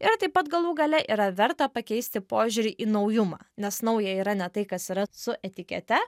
ir taip pat galų gale yra verta pakeisti požiūrį į naujumą nes nauja yra ne tai kas yra su etikete